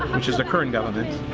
which is the current governement,